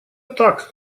так